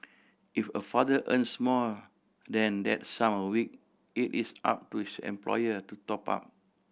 if a father earns more than that sum a week it is up to his employer to top up